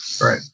Right